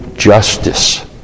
justice